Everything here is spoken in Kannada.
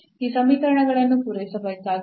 ಈ ಸಮೀಕರಣಗಳನ್ನು ಪೂರೈಸಬೇಕಾಗಿದೆ